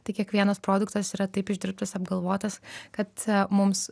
tai kiekvienas produktas yra taip išdirbtas apgalvotas kad mums